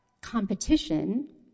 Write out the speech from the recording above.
competition